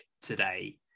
today